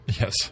Yes